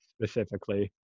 Specifically